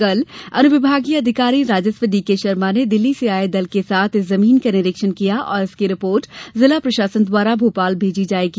कल अनुविभागीय अधिकारी राजस्व डी के शर्मा ने दिल्ली से आए दल के साथ इस जमीन का निरीक्षण किया और इसकी रिपोर्ट जिला प्रशासन द्वारा भोपाल भेजी जाएगी